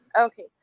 Okay